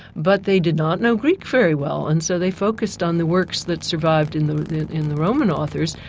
but they did not know greek very well, and so they focused on the works that survived in the in the roman authors,